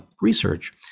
research